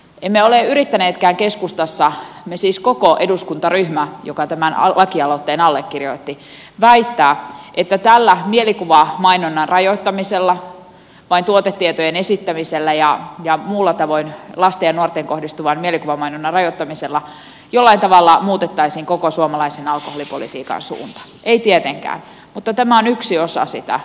emme ole yrittäneetkään keskustassa siis me koko eduskuntaryhmä joka tämän lakialoitteen allekirjoitti väittää että tällä mielikuvamainonnan rajoittamisella vain tuotetietojen esittämisellä ja muulla tavoin lapsiin ja nuoriin kohdistuvan mielikuvamainonnan rajoittamisella jollain tavalla muutettaisiin koko suomalaisen alkoholipolitiikan suunta ei tietenkään mutta tämä on yksi osa sitä ja yksi askel sitä